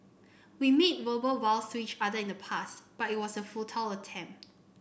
we made verbal vows to each other in the past but it was a futile attempt